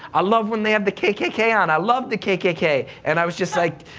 i love when they have the kkk on. i love the kkk. and i was just like,